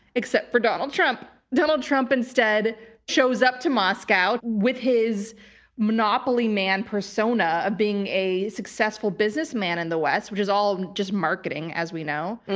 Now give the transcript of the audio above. except for donald trump. donald trump instead shows up to moscow with his monopoly man persona of being a successful business man in the west, which is all just marketing, as we know,